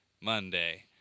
Monday